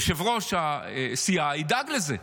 יושב-ראש הסיעה ידאג לזה.